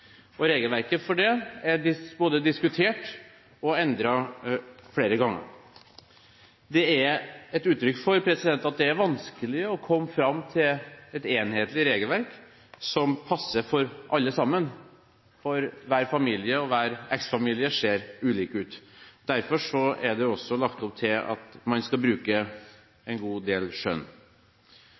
barnebidraget. Regelverket for det er både diskutert og endret flere ganger. Dette er et uttrykk for at det er vanskelig å komme fram til et enhetlig regelverk som passer for alle sammen, for hver familie og hver eksfamilie ser ulike ut. Derfor er det også lagt opp til at man skal bruke en god del skjønn.